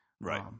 Right